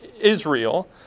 Israel